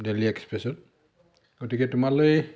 দেল্লী এক্সপ্ৰেছত গতিকে তোমালৈ